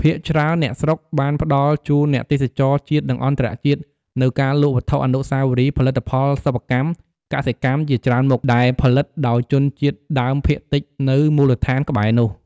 ភាគច្រើនអ្នកស្រុកបានផ្តល់ជូនអ្នកទេសចរណ៍ជាតិនិងអន្តរជាតិ នូវការរលក់វត្ថុអនុស្សាវរីយ៍ផលិតផលសិប្បកម្ម កសិកម្មជាច្រើនមុខដែលផលិតដោយជនជាតិដើមភាគតិចនៅមូលដ្ឋានក្បែរនោះ ។